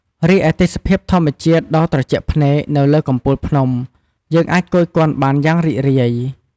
រីឯទេសភាពធម្មជាតិដ៏ត្រជាក់ភ្នែកនៅលើកំពូលភ្នំយើងអាចគយគន់បានយ៉ាងរីករាយ ។